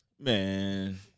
Man